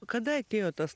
kada atėjo tas